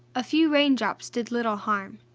a few raindrops did little harm,